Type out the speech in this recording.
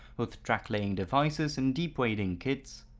with track-laying devices and deep wading kits.